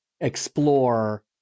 explore